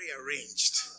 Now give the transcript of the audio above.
rearranged